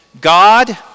God